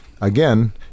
again